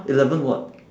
eleven what